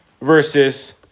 versus